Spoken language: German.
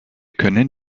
können